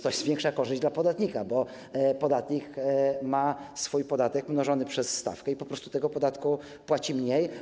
To jest większa korzyść dla podatnika, bo podatnik ma swój podatek mnożony przez stawkę i po prostu tego podatku płaci mniej.